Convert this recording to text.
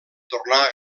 tornar